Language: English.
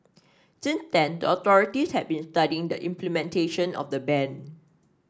since then the authorities had been studying the implementation of the ban